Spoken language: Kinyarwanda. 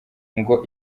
ngo